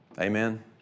Amen